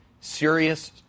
serious